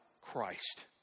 Christ